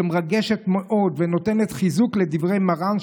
שמרגשת מאוד ונותנת חיזוק לדברי מרן,